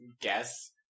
guess